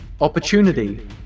opportunity